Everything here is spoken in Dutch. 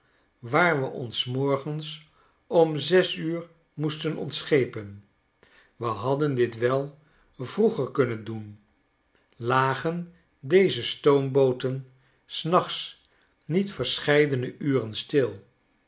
waar we ons s morgens om zes uur moesten ontschepen we hadden dit wel vroeger kunnen doen lagen deze stoombooten canada tegenovee de vereenigde staten s nachts niet verscheidene uren stil